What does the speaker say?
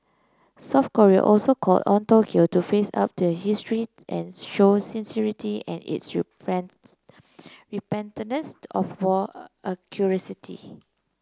South Korea also called on Tokyo to face up to history and show sincerity in its of war a